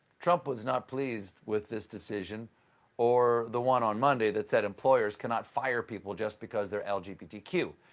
trump was not pleased with this decision or the one monday that said employers cannot fire people just because they're l g b t q.